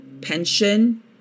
pension